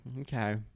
okay